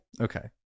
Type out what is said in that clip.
Okay